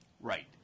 Right